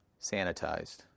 sanitized